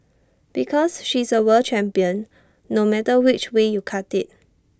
because she's A world champion no matter which way you cut IT